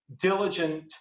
diligent